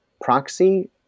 proxy